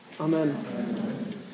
Amen